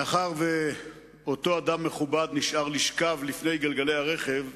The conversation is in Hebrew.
מאחר שאותו אדם מכובד נשאר לשכב לפני גלגלי הרכב,